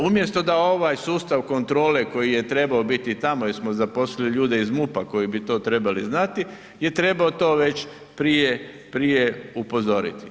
Umjesto da ovaj sustav kontrole koji je trebao biti tamo jer smo zaposlili ljude iz MUP-a koji bi to trebali znati je trebao to već prije upozoriti.